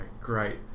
great